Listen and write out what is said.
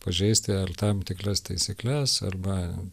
pažeisti ar tam tikras taisykles arba